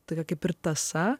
tokia kaip ir tąsa